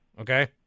Okay